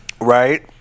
right